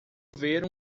ver